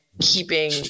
keeping